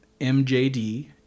MJD